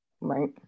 Right